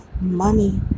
money